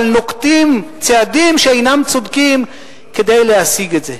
אבל נוקטים צעדים שאינם צודקים כדי להשיג את זה.